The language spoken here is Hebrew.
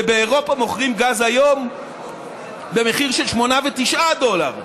ובאירופה מוכרים גז היום במחיר של 8 ו-9 דולר,